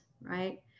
right